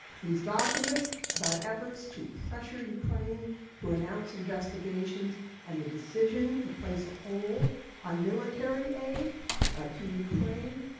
these documents about efforts to pressure ukraine to announce investigations and the decision to place a hold on military aid to ukraine.